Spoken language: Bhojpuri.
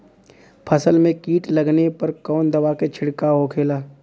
फसल में कीट लगने पर कौन दवा के छिड़काव होखेला?